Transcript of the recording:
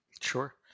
Sure